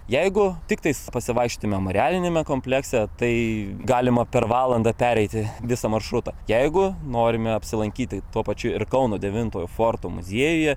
jeigu tiktais pasivaikščti memorialiniame komplekse tai galima per valandą pereiti visą maršrutą jeigu norime apsilankyti tuo pačiu ir kauno devintojo forto muziejuje